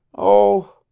oh